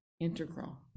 integral